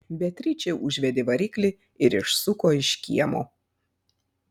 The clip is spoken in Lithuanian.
beatričė užvedė variklį ir išsuko iš kiemo